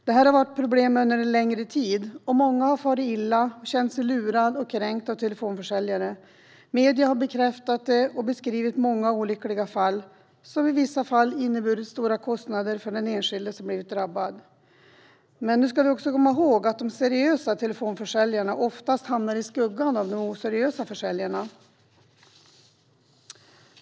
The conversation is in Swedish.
Det här har varit ett problem under en längre tid, och många har farit illa och känt sig lurade och kränkta av telefonförsäljare. Medierna har bekräftat det och beskrivit många olyckliga fall som ibland inneburit stora kostnader för den enskilde som blivit drabbad. Nu ska vi också komma ihåg att de seriösa telefonförsäljarna oftast hamnar i skuggan av de oseriösa försäljarna.